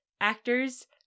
actors